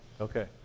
Okay